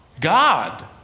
God